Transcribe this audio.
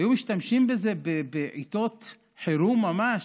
היו משתמשים בזה בעיתות חירום ממש.